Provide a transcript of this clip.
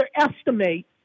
underestimate